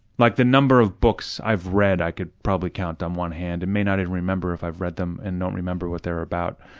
like the number of books i've read i could probably count on one hand and may not even remember if i've read them and don't remember what they're about,